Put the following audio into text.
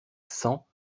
cent